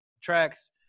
tracks